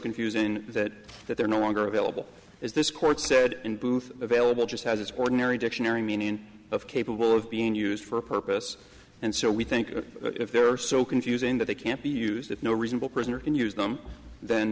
confusing that that they're no longer available is this court said in booth available just as it's ordinary dictionary meaning of capable of being used for a purpose and so we think if there are so confusing that they can't be used if no reasonable person can use them then